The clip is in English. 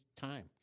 time